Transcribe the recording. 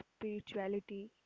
spirituality